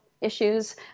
issues